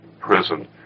prison